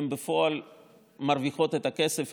בפועל מרוויחות את הכסף.